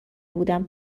بودم